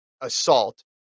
assault